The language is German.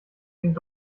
fängt